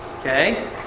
Okay